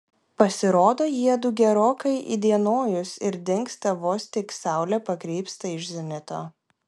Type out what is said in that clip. pasirodo jiedu gerokai įdienojus ir dingsta vos tik saulė pakrypsta iš zenito